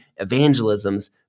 evangelisms